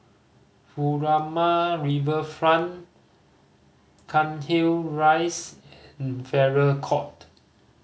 Furama Riverfront Cairnhill Rise and Farrer Court